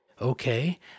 Okay